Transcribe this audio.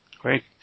Great